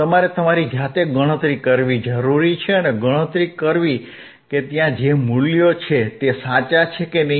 તમારે તમારી જાતે ગણતરી કરવી જરુરી છે અને ગણતરી કરવી કે ત્યાં જે મૂલ્યો છે તે સાચા છે કે નહીં